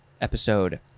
episode